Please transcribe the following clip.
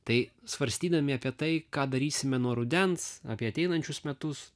tai svarstydami apie tai ką darysime nuo rudens apie ateinančius metus